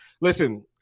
Listen